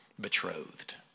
betrothed